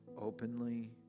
openly